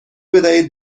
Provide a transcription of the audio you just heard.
بدهید